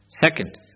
Second